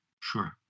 Sure